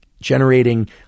generating